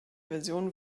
version